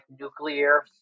nuclear